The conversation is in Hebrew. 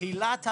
בתחילת ההסדר,